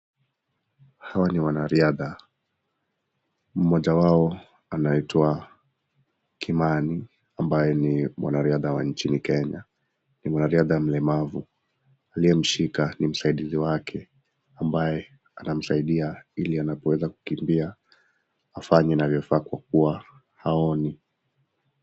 Hawa ni wanariadha, mmoja wao anaitwa Kimani, ambaye ni mwanariadha wa nchini Kenya ni mwanariadha mlemavu, anayemshika ni msaidizi wake ambaye anamsaidia ili anapoenda kukimbia afanye inavyo faa kwakuwa haoni.